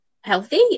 healthy